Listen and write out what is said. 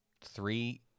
Three